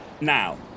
Now